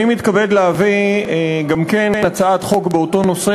גם אני מתכבד להביא הצעת חוק באותו נושא